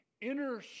inner